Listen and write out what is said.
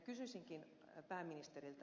kysyisinkin pääministeriltä